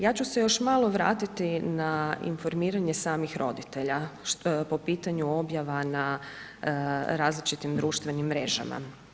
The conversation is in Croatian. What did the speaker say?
Ja ću se još malo vratiti na informiranje samih roditelja po pitanju objava na različitim društvenim mrežama.